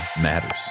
matters